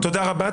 תודה רבה,